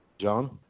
John